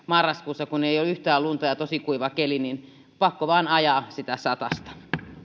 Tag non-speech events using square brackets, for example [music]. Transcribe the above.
[unintelligible] marraskuussa kun ei ole yhtään lunta ja tosi kuiva keli mutta on pakko vain ajaa sitä satasta